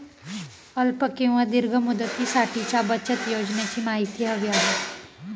अल्प किंवा दीर्घ मुदतीसाठीच्या बचत योजनेची माहिती हवी आहे